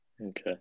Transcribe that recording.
Okay